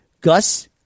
Gus